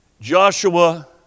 Joshua